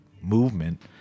movement